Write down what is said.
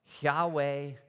Yahweh